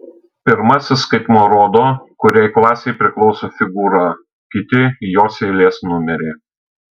pirmasis skaitmuo rodo kuriai klasei priklauso figūra kiti jos eilės numerį